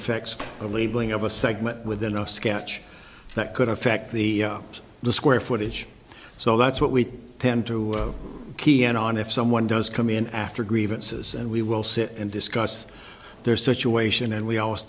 labeling of a segment within a sketch that could affect the the square footage so that's what we tend to key in on if someone does come in after grievances and we will sit and discuss their situation and we al